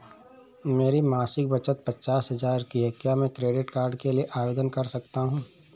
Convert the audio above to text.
मेरी मासिक बचत पचास हजार की है क्या मैं क्रेडिट कार्ड के लिए आवेदन कर सकता हूँ?